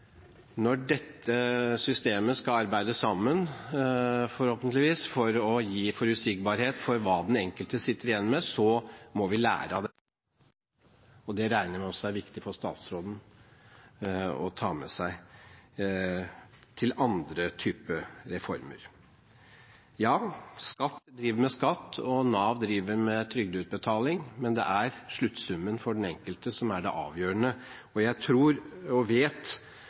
når dette systemet forhåpentligvis skal arbeide sammen for å gi forutsigbarhet for hva den enkelte sitter igjen med, må vi lære av det. Det regner jeg med at også er viktig for statsråden å ta med seg til andre typer reformer. Ja, skatteetaten driver med skatt, og Nav driver med trygdeutbetaling, men det er sluttsummen for den enkelte som er det avgjørende. Jeg tror – og vet